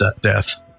death